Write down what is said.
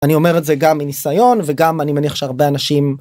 אני אומר את זה גם מניסיון וגם אני מניח שהרבה אנשים.